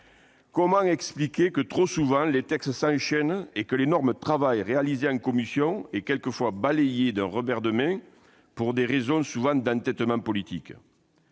Comment leur expliquer que, trop souvent, les textes s'enchaînent et que l'énorme travail réalisé en commission est quelquefois balayé d'un revers de main pour des raisons d'entêtement politique ?